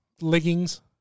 leggings